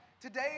Today